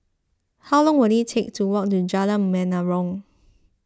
how long will it take to walk to Jalan Menarong